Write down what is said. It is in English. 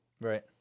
Right